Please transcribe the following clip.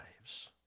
lives